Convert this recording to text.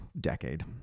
decade